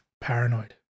Paranoid